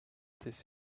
this